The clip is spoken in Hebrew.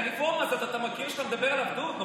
את הרפורמה הזאת אתה מכיר, שאתה מדבר על עבדות?